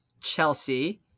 Chelsea